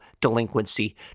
delinquency